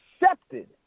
accepted